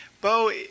Bo